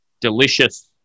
delicious